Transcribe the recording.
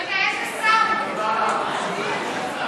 בבקשה, אדוני.